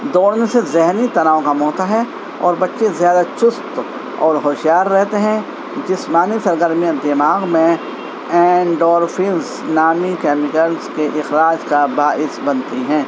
دوڑنے سے ذہنی تناؤ کم ہوتا ہے اور بچے زیادہ چست اور ہوشیار رہتے ہیں جسمانی سرگرمیاں دماغ میں اینڈورفنس نامی کیمیکلس کے اخراج کا باعث بنتی ہیں